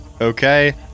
Okay